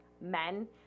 men